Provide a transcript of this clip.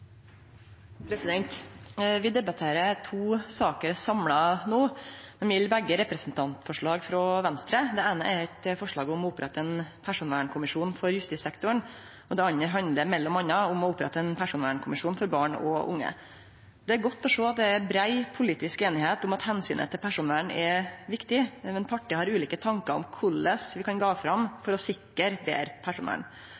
hold. Vi debatterer to saker samla no. Dei gjeld begge representantforslag frå Venstre. Det eine er eit forslag om å opprette ein personvernkommisjon for justissektoren, og det andre handlar m.a. om å opprette ein personvernkommisjon for barn og unge. Det er godt å sjå at det er brei politisk einigheit om at omsynet til personvern er viktig, men partia har ulike tankar om korleis vi kan gå fram